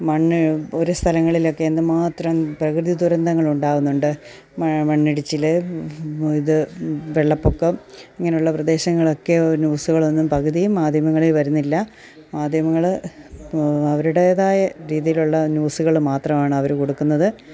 മണ്ണ് ഒരു സ്ഥലങ്ങളിലൊക്കെ എന്തു മാത്രം പ്രകൃതി ദുരന്തങ്ങളുണ്ടാകുന്നുണ്ട് മണ്ണിടിച്ചിൽ ഇത് വെള്ളപ്പൊക്കം ഇങ്ങനെയുള്ള പ്രദേശങ്ങളൊക്കെ ഒ ന്യൂസുകളൊന്നും പകുതിയും മാധ്യമങ്ങളിൽ വരുന്നില്ല മാധ്യമങ്ങൾ അവരുടേതായ രീതിയിലുള്ള ന്യുസുകൾ മാത്രമാണവർ കൊടുക്കുന്നത്